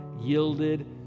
yielded